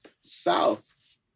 South